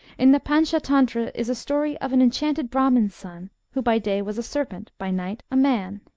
in the pantschatantra is a story of an enchanted brahmin's son, who by day was a serpent, by night a man.